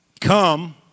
Come